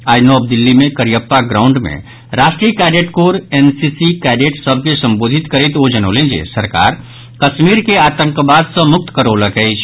आइ नव दिल्ली मे करिअप्पा ग्राउंड मे राष्ट्रीय कैडेट कोर एनसीसीक कैडट सभ के संबोधित करैत ओ जनौलनि जे सरकार कश्मीर के आतंकवाद सॅ मुक्त करौलक अछि